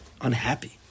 unhappy